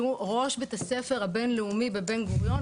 שהוא ראש בית הספר הבינלאומי בבן גוריון,